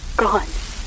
gone